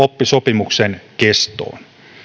oppisopimuksen kestoon